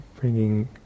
bringing